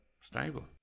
stable